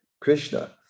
Krishna